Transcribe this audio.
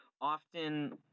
often